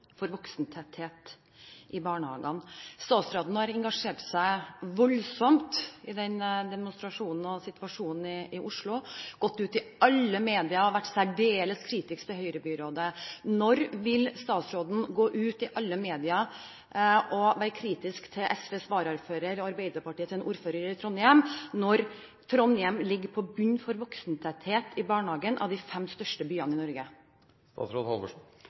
gjelder voksentetthet i barnehagene. Statsråden har engasjert seg voldsomt i demonstrasjonen – og i situasjonen – i Oslo, og hun har gått ut i alle medier og vært særdeles kritisk til Høyre-byrådet. Når vil statsråden gå ut i alle medier og være kritisk til Trondheims varaordfører, fra SV, og ordfører fra Arbeiderpartiet, når det er sånn at av de fem største byene i Norge,